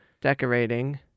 decorating